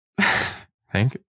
Thank